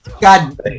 God